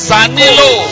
Sanilo